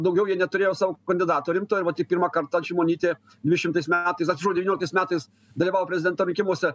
daugiau jie neturėjo savo kandidato rimto ir va tik pirmą kartą šimonytė dvidešimtais metais atsiprašau devynioliktais metais dalyvavo prezidento rinkimuose